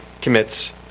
commits